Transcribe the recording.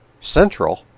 central